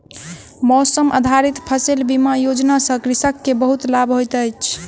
मौसम आधारित फसिल बीमा योजना सॅ कृषक के बहुत लाभ होइत अछि